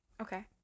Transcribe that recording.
Okay